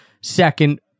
second